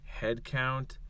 headcount